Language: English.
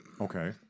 Okay